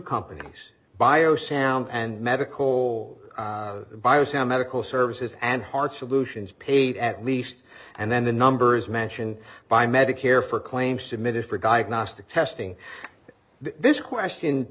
companies bio sound and medical buyers how medical services and heart solutions paid at least and then the numbers mentioned by medicare for claims submitted for diagnostic testing this question